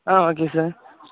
ah okay sir